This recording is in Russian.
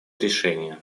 решения